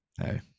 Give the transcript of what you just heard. Hey